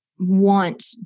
want